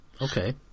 Okay